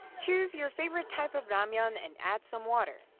choose your favorite type of ramyeon and add some water.